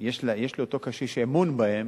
שיש לאותו קשיש אמון בהם,